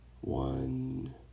One